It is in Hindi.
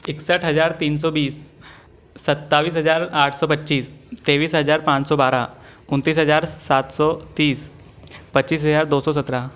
इकसठ हजार तीन सौ बीस सत्ताविस हजार आठ सौ पच्चीस तेविस हजार पान सौ बारह उनतीस हजार सात सौ तीस पच्चीस हजार दो सौ सत्रह